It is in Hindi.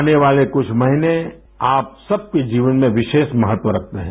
आने वाले कुछ महीने आप सब के जीवन में विशेष महत्व रखते हैं